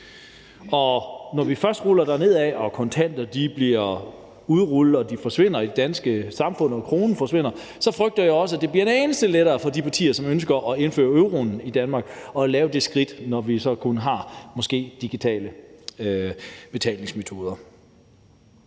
om. Når vi først ruller dernedad og kontanter bliver udfaset og forsvinder fra det danske samfund og kronen forsvinder, frygter jeg også, at det bliver en anelse lettere for de partier, som ønsker at indføre euroen i Danmark, at tage det skridt, når vi så måske kun har digitale betalingsmetoder.